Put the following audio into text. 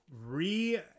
re